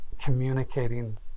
communicating